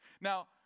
Now